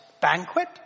banquet